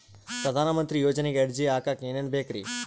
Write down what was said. ಪ್ರಧಾನಮಂತ್ರಿ ಯೋಜನೆಗೆ ಅರ್ಜಿ ಹಾಕಕ್ ಏನೇನ್ ಬೇಕ್ರಿ?